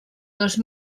dos